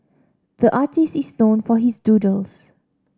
the artist is known for his doodles